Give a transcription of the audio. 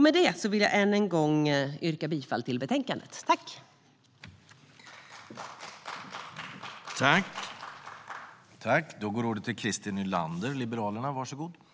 Med det vill jag än en gång yrka bifall till utskottets förslag i betänkandet.